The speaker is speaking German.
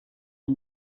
der